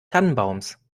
tannenbaums